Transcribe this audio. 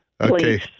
Okay